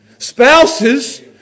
Spouses